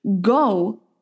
go